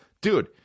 dude